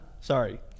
sorry